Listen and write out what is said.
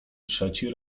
trzeci